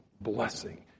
blessing